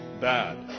bad